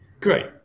great